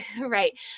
right